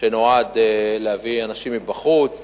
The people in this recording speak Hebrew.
שנועד להביא אנשים מבחוץ